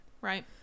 Right